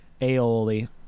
aioli